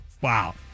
Wow